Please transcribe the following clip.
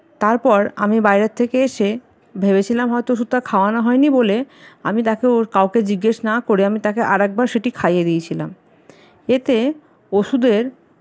তারপর আমি বাইরে থেকে এসে ভেবেছিলাম হয়তো ওষুধটা খাওয়ানো হয় নি বলে আমি তাকে ওর কাউকে জিজ্ঞেস না করে আমি তাকে আর একবার সেটি খাইয়ে দিয়েছিলাম এতে ওষুধের